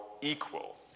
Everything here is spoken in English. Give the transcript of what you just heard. equal